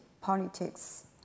politics